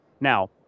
now